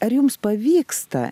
ar jums pavyksta